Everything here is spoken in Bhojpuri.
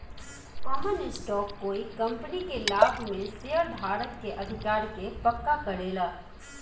कॉमन स्टॉक कोइ कंपनी के लाभ में शेयरधारक के अधिकार के पक्का करेला